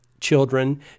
children